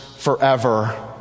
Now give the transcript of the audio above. forever